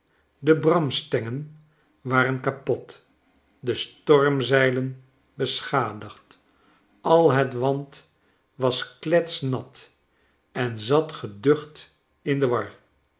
de bramstengen waren kapot de stormzeilen beschadigd al het want was kletsnat en zat geducht in de war